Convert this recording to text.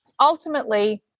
Ultimately